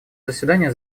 заседание